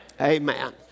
Amen